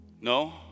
No